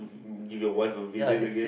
give your wife a visit again